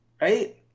right